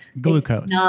Glucose